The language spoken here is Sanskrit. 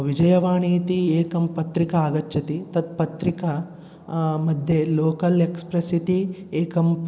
विजयवाणी इति एका पत्रिका आगच्छति तत् पत्रिका मध्ये लोकल् एक्स्प्रेस् इति एकं